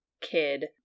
kid